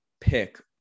pick